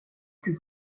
plus